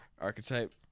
archetype